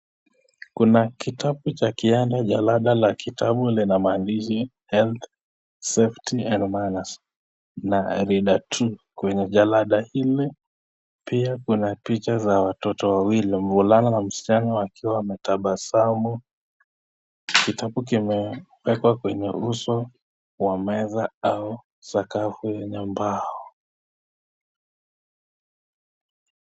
Kuna kitabu cha kiada. Jalada la kitabu lina maandishi Health, Safety and Manners na Reader 2 kwenye jalada hili. Pia kuna picha za watoto wawili, mvulana na msichana, wakiwa wametabasamu. Kitabu kimewekwa kwenye uso wa meza au sakafu ya mbao.